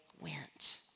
went